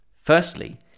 Firstly